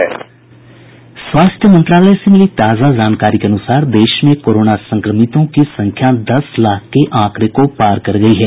स्वास्थ्य मंत्रालय से मिली ताजा जानकारी के अनुसार देश में कोरोना संक्रमितों की संख्या दस लाख के आंकड़ें को पार कर गयी है